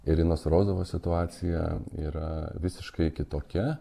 irinos rozovos situacija yra visiškai kitokia